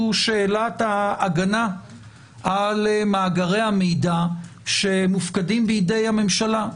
שאלת ההגנה על מאגרי המידע שמופקדים בידי הממשלה.